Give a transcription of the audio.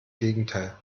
gegenteil